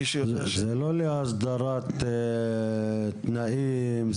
זה לא להסדרת תנאים,